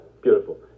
beautiful